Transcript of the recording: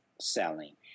selling